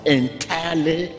entirely